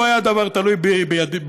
לו היה הדבר תלוי בי,